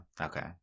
okay